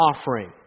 offering